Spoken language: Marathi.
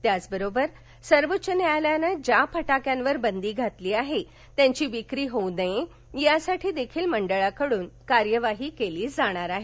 त्याचबरोबर सर्वोच न्यायालयाने ज्या फटाक्यावर बदी घातली आहे त्यांची विक्री होऊ नये यासाठी देखील मंडळाकडून कार्यवाही केली जाणार आहे